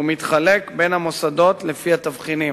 והוא מתחלק בין המוסדות לפי התבחינים.